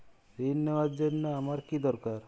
ঋণ নেওয়ার জন্য আমার কী দরকার?